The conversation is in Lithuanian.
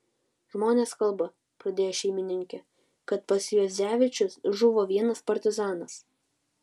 žmonės kalba pradėjo šeimininkė kad pas juodzevičius žuvo vienas partizanas